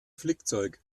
flickzeug